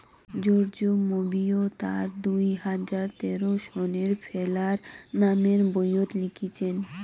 George Monbiot তার দুই হাজার তেরো সনের ফেরাল নামের বইয়ত লিখিচেন